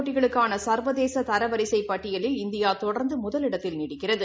போட்டிகளுக்கானசா்வதேசதரவாிசைபட்டியலில் இந்தியாதொடர்ந்துமுதலிடத்தில்நீடிக்கிறது